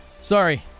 sorry